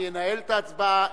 אני אנהל את ההצבעה.